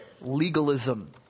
legalism